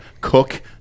cook